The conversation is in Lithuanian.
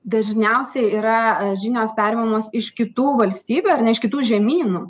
dažniausiai yra žinios perimamos iš kitų valstybių ar ne iš kitų žemynų